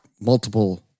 multiple